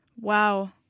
Wow